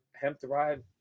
hemp-derived